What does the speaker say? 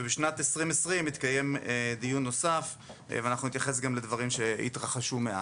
בשנת 2020 התקיים דיון נוסף ואנחנו נתייחס גם לדברים שהתרחשו מאז.